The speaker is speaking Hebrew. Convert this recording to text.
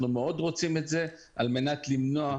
אנחנו מאוד רוצים את זה על מנת למנוע,